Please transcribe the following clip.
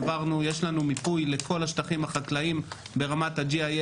יש לנו מיפוי לכל השטחים החקלאיים ברמת ה-GIS